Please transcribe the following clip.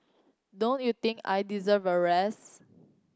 don't you think I deserve a rest